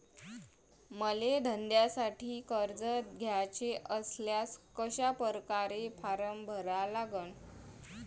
मले धंद्यासाठी कर्ज घ्याचे असल्यास कशा परकारे फारम भरा लागन?